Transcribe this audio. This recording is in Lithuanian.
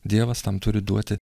dievas tam turi duoti